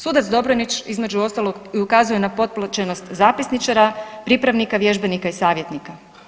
Sudac Dobronić između ostalog i ukazuje na potplaćenost zapisničara, pripravnika, vježbenika i savjetnika.